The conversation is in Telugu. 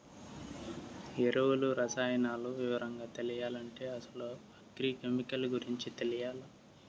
ఎరువులు, రసాయనాలు వివరంగా తెలియాలంటే అసలు అగ్రి కెమికల్ గురించి తెలియాల్ల